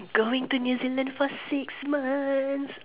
going to New Zealand for six months